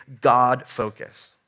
god-focus